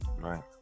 right